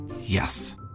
Yes